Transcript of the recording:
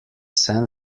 san